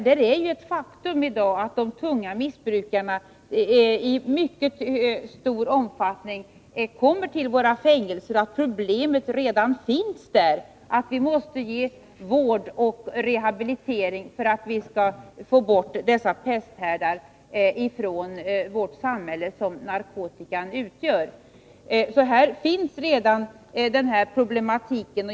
Det är ett faktum i dag att de tunga missbrukarna i mycket stor omfattning kommer till våra fängelser och att problemet redan finns där. Vi måste ge vård och rehabilitering för att få bort de pesthärdar från vårt samhälle som narkotikan utgör. Här finns redan denna problematik.